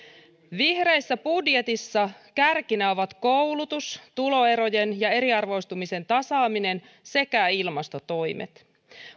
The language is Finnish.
vihreässä budjetissa kärkinä ovat koulutus tuloerojen ja eriarvoistumisen tasaaminen sekä ilmastotoimet